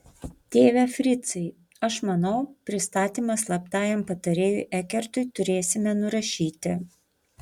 tėve fricai aš manau pristatymą slaptajam patarėjui ekertui turėsime nurašyti